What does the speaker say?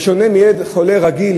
שבשונה מילד חולה רגיל,